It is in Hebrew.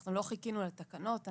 לא חיכינו לתקנות,